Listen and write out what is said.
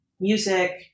music